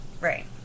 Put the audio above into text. Right